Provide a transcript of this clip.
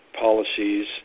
policies